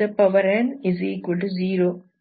ದೊರೆಯುತ್ತದೆ